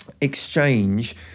exchange